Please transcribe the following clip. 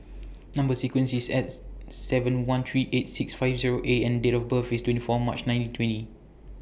Number sequence IS S seven one three eight six five Zero A and Date of birth IS twenty four March nineteen twenty